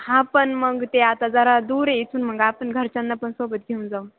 हां पण मग ते आता जरा दूर आहे इथून मग आपण घरच्यांना पण सोबत घेऊन जाऊ